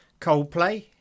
Coldplay